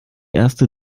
erste